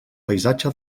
paisatge